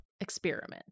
experiment